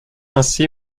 ainsi